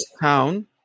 Town